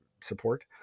support